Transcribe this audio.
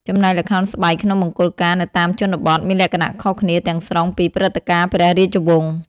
ចំណែកល្ខោនស្បែកក្នុងមង្គលការនៅតាមជនបទមានលក្ខណៈខុសគ្នាទាំងស្រុងពីព្រឹត្តិការណ៍ព្រះរាជវង្ស។